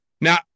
Now